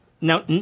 Now